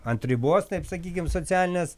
ant ribos taip sakykim socialinės